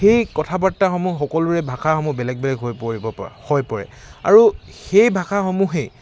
সেই কথা বাৰ্তাসমূহ সকলোৰে ভাষাসমূহ বেলেগ বেলেগ হৈ পৰে আৰু সেই ভাষাসমূহেই